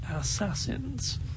assassins